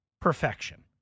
perfection